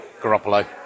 Garoppolo